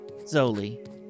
Zoli